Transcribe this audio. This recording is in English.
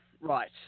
Right